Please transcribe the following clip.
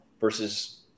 versus